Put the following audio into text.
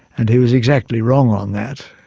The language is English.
and he was exactly wrong on that.